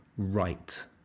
right